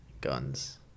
guns